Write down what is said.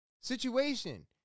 situation